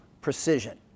precision